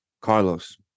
Carlos